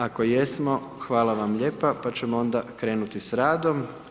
Ako jesmo, hvala vam lijepa, pa ćemo onda krenuti s radom.